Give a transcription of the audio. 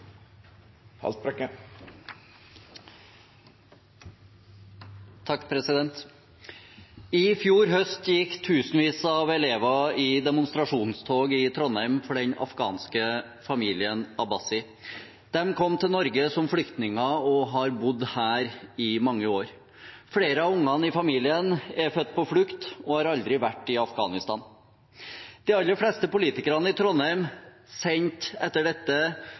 I fjor høst gikk tusenvis av elever i demonstrasjonstog i Trondheim for den afghanske familien Abassi. De kom til Norge som flyktninger og har bodd her i mange år. Flere av barna i familien er født på flukt og har aldri vært i Afghanistan. De aller fleste politikerne i Trondheim sendte etter